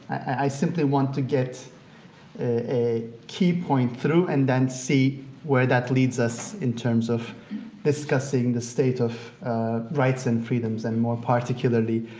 i simply want to get key points through and then see where that leads us in terms of discussing the state of rights and freedoms and more particularly